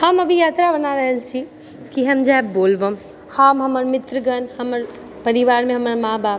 हम अभी यात्रा बना रहल छी कि हम जाएब बोलबम हम हमर मित्रगण हमर परिवारमे हमर माँ बाप